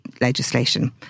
legislation